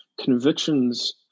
convictions